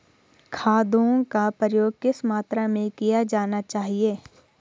खादों का प्रयोग किस मात्रा में किया जाना चाहिए?